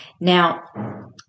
Now